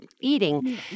eating